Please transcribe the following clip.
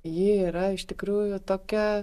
ji yra iš tikrųjų tokia